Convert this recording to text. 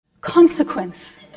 consequence